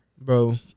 bro